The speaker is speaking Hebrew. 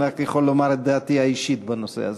אני רק יכול לומר את דעתי האישית בנושא הזה.